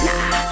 Nah